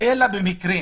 אלא במקרים